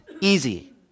easy